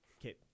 Okay